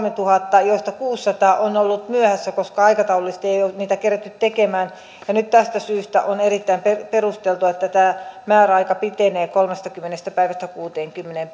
kolmetuhatta joista kuusisataa on ollut myöhässä koska aikataulullisesti ei ole niitä keretty tekemään nyt tästä syystä on erittäin perusteltua että tämä määräaika pitenee kolmestakymmenestä päivästä kuuteenkymmeneen